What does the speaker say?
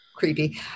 creepy